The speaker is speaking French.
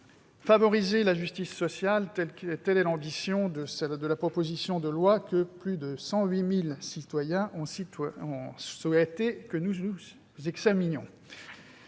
Favoriser la justice sociale, telle est l'ambition de la proposition de loi que plus de 108 000 citoyens ont souhaité que nous examinions.